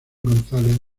gonzález